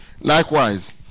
Likewise